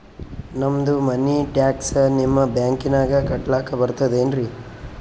ನಮ್ದು money tax ನಿಮ್ಮ ಬ್ಯಾಂಕಿನಾಗ ಕಟ್ಲಾಕ ಬರ್ತದೇನ್ರಿ?